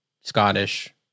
scottish